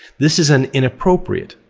this is an inappropriate,